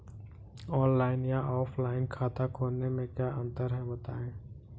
Online या offline खाता खोलने में क्या अंतर है बताएँ?